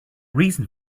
reason